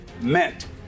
meant